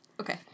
Okay